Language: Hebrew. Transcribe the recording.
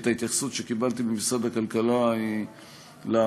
את ההתייחסות שקיבלתי ממשרד הכלכלה להצעה.